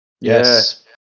yes